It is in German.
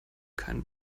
keinen